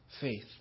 faith